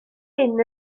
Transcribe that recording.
hyn